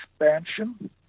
expansion